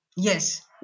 Yes